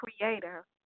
creator